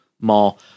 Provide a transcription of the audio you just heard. mall